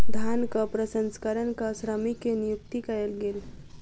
धानक प्रसंस्करणक श्रमिक के नियुक्ति कयल गेल